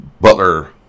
Butler